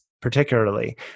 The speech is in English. particularly